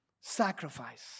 sacrifice